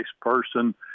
person